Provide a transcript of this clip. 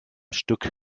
stück